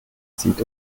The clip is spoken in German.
sieht